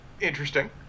interesting